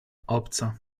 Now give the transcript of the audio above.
obca